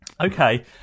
Okay